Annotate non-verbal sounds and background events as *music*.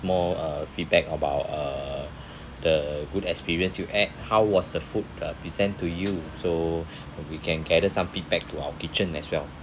more uh feedback about uh *breath* the good experience you had how was the food uh present to you so *breath* we can gather some feedback to our kitchen as well